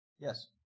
Yes